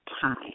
Time